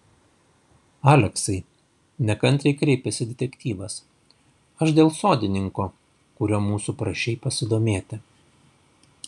aleksai nekantriai kreipėsi detektyvas aš dėl sodininko kuriuo mūsų prašei pasidomėti